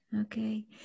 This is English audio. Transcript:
okay